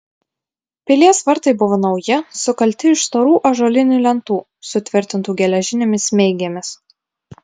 pilies vartai buvo nauji sukalti iš storų ąžuolinių lentų sutvirtintų geležinėmis smeigėmis